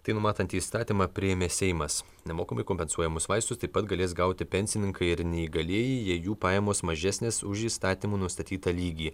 tai numatantį įstatymą priėmė seimas nemokamai kompensuojamus vaistus taip pat galės gauti pensininkai ir neįgalieji jei jų pajamos mažesnės už įstatymų nustatytą lygį